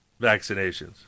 vaccinations